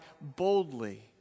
boldly